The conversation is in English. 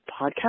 podcast